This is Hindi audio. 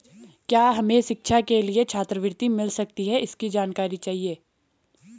क्या हमें शिक्षा के लिए छात्रवृत्ति मिल सकती है इसकी जानकारी चाहिए?